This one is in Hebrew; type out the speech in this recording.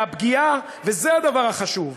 והפגיעה, וזה הדבר החשוב,